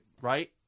Right